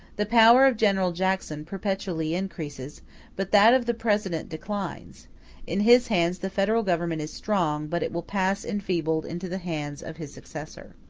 the power of general jackson perpetually increases but that of the president declines in his hands the federal government is strong, but it will pass enfeebled into the hands of his successor.